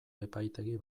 epaitegi